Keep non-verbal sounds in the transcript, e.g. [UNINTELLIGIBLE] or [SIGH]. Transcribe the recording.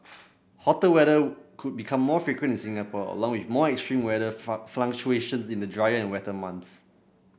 hotter weather could become more frequent in Singapore along with more extreme weather [UNINTELLIGIBLE] fluctuations in the drier and wetter months